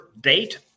date